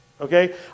Okay